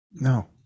no